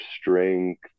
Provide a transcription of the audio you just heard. strength